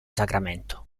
sacramento